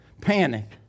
panic